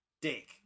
Dick